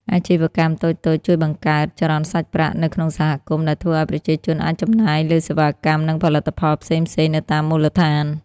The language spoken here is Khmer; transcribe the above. អាជីវកម្មតូចៗជួយបង្កើត ចរន្តសាច់ប្រាក់ នៅក្នុងសហគមន៍ ដែលធ្វើឱ្យប្រជាជនអាចចំណាយលើសេវាកម្ម និងផលិតផលផ្សេងៗនៅតាមមូលដ្ឋាន។